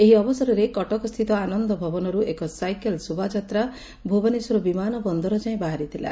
ଏହି ଅବସରରେ କଟକସ୍ଥିତ ଆନନ୍ଦ ଭବନରେ ଏକ ସାଇକେଲ ଶୋଭାଯାତ୍ରା ଭୁବନଶ୍ୱର ବିମାନ ବନ୍ଦର ଯାଏଁ ବାହାରିଥିଲା